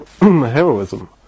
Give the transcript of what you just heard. heroism